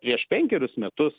prieš penkerius metus